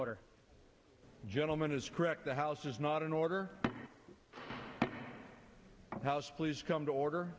older gentleman is correct the house is not an order house please come to order